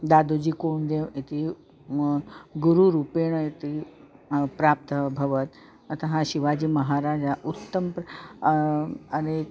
दादुजिकोण्ड्व्देव इति गुरुरूपेण इति प्राप्तः अभवत् अतः शिवाजीमहाराजः उत्तमः अनेकैः